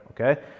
Okay